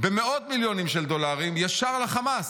במאות מיליונים של דולרים ישר לחמאס.